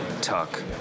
tuck